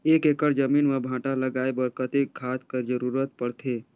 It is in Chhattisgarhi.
एक एकड़ जमीन म भांटा लगाय बर कतेक खाद कर जरूरत पड़थे?